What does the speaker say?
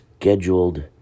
scheduled